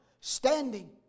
standing